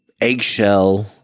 eggshell